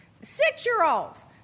Six-year-olds